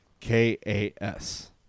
K-A-S